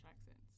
accents